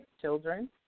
children